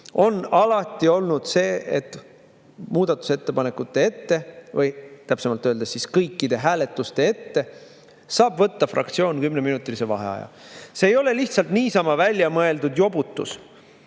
on alati olnud see, et muudatusettepanekute ette, või täpsemalt öeldes, kõikide hääletuste eel saab võtta fraktsioon 10‑minutilise vaheaja. See ei ole lihtsalt niisama väljamõeldud jobutus.